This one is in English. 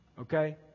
Okay